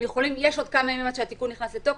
יש עוד כמה ימים עד שהתיקון נכנס לתוקף,